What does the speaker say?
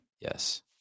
Yes